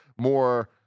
more